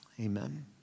Amen